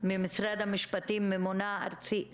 וכשהוא התנגד למעצר המשטרה באמת הכתה אותו בצורה אכזרית.